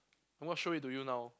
I'm going to show it to you now